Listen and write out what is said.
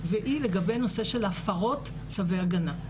והיא לגבי הנושא של ההפרות של צווי הגנה.